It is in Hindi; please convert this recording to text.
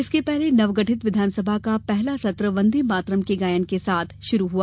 इसके पहले नवगठित विधानसभा का पहला सत्र वंदे मातरम् के गायन के साथ शुरू हुआ